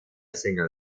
single